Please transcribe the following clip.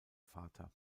vater